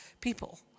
people